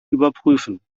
überprüfen